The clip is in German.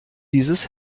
dieses